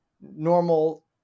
normal